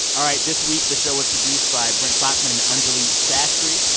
all right, this week the show was produced by brent baughman and anjuli sastry.